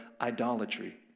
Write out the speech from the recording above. idolatry